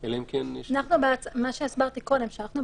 במהלך הדיון,